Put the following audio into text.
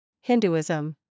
Hinduism